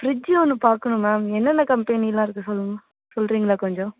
fridge ஒன்று பாக்கணும் ma'am என்னென்ன கம்பெனி எல்லாம் இருக்கு சொல்லுங்கள் சொல்லுறீங்களா கொஞ்சம்